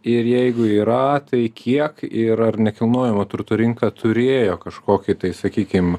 ir jeigu yra tai kiek ir ar nekilnojamo turto rinka turėjo kažkokį tai sakykim